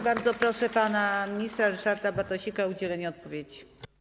Bardzo proszę pana ministra Ryszarda Bartosika o udzielenie odpowiedzi.